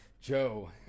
Joe